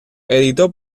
editó